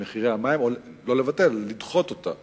במחירי המים, לא לבטל אלא לדחות אותה